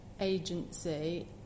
agency